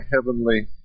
heavenly